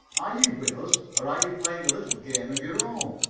are you with us or are you playing a little game of your own?